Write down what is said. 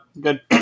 Good